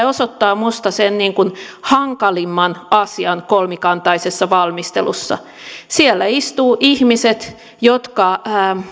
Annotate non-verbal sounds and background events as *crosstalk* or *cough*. *unintelligible* osoittaa minusta hankalimman asian kolmikantaisessa valmistelussa siellä istuvat ihmiset jotka